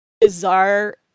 bizarre